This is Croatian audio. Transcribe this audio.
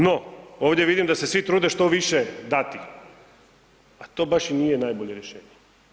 No, ovdje vidim da se svi trude što više dati, a to baš i nije najbolje rješenje.